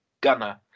Gunner